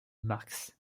marx